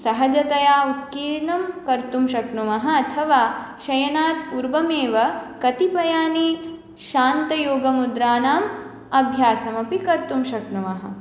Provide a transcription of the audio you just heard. सहजतया उत्कीर्णं कर्तुं शक्नुमः अथवा शयनात् पूर्वम् एव कतिपयानि शान्तयोगमुद्राणाम् अभ्यासमपि कर्तुं शक्नुमः